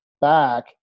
back